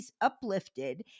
Uplifted